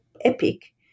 epic